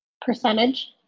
Percentage